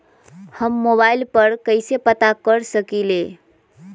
हम मोबाइल पर कईसे पता कर सकींले?